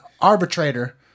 arbitrator